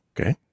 Okay